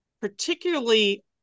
particularly